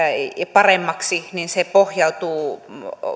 paremmaksi pohjautuu